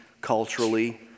culturally